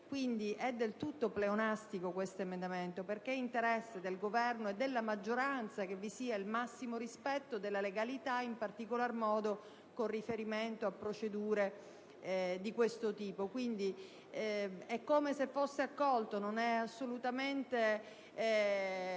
è del tutto pleonastico, perché è interesse del Governo e della maggioranza che vi sia il massimo rispetto della legalità, in particolar modo con riferimento a procedure di questo tipo. Quindi, è come se fosse stato accolto. Non è assolutamente